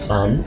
Sun